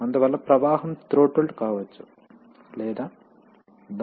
అందువల్ల ప్రవాహం థ్రోట్ల్డ్ కావచ్చు లేదా దానిని పూర్తిగా ఆపివేయవచ్చు